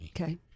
okay